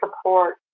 support